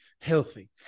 healthy